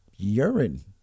Urine